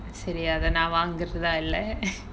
சரி அத நான் வாங்கறதா இல்ல:sari atha naan vangarathaa illa